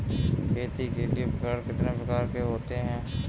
खेती के लिए उपकरण कितने प्रकार के होते हैं?